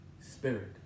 spirit